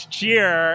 Cheer